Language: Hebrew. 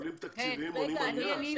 שיקולים תקציביים מונעים עלייה?